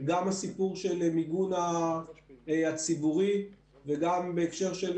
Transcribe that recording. גם הסיפור של המיגון הציבורי וגם בהקשר של